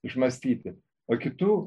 išmąstyti o kitų